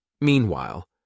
Meanwhile